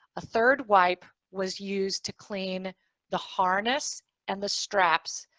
a third wipe was used to clean the harness and the straps.